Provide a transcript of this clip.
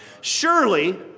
Surely